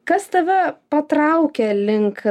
kas tave patraukė link